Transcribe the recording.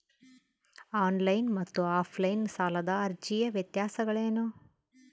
On line ಮತ್ತು offline ಸಾಲದ ಅರ್ಜಿಯ ವ್ಯತ್ಯಾಸಗಳೇನು?